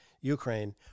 Ukraine